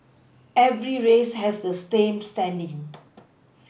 every race has the same standing